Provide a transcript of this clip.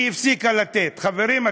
חברים,